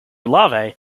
larvae